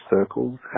circles